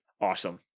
awesome